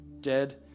dead